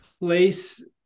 place